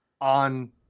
on